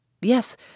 Yes